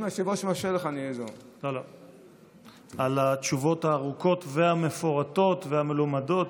על התשובות הארוכות המפורטות והמלומדות.